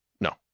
No